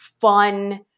fun